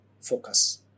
focus